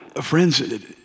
friends